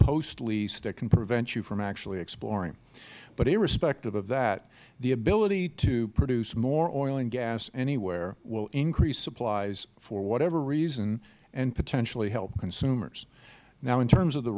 that can prevent you from actually exploring but irrespective of that the ability to produce more oil and gas anywhere will increase supplies for whatever reason and potentially help consumers now in terms of the